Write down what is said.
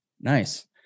Nice